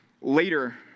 later